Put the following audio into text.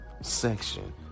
section